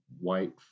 white